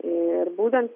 ir būtent